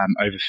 over